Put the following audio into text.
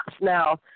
now